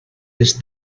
les